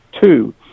Two